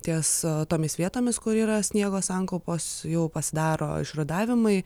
ties tomis vietomis kur yra sniego sankaupos jau pasidaro išrudavimai